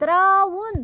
ترٛاوُن